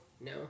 no